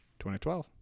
2012